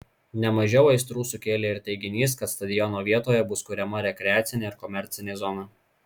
ne mažiau aistrų sukėlė ir teiginys kad stadiono vietoje bus kuriama rekreacinė ir komercinė zona